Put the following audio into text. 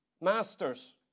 masters